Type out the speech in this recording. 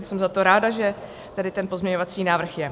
Jsem za to ráda, že tady ten pozměňovací návrh je.